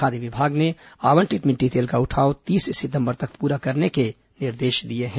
खाद्य विभाग ने आवंटित मिट्टी तेल का उठाव तीस सितम्बर तक पूरा करने के निर्देश दिए हैं